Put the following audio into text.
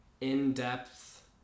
in-depth